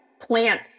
plant